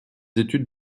études